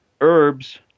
herbs